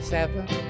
Seven